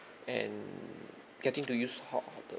and getting to use how how the